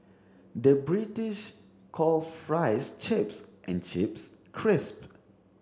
the British call fries chips and chips crisps